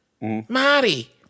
Marty